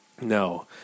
No